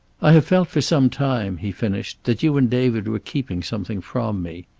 i have felt for some time, he finished, that you and david were keeping something from me.